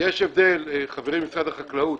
יש הבדל, חברי ממשרד החקלאות,